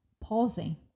pausing